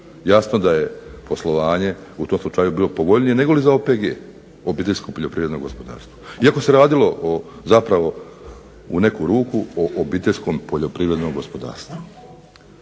Jasno da je poslovanje u tom slučaju bilo povoljnije nego li za OPG iako se radilo o zapravo u neku ruku o obiteljskom poljoprivrednom gospodarstvu.